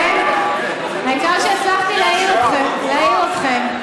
העיקר שהצלחתי להעיר אתכם.